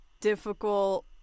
difficult